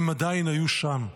הם עדיין היו שם.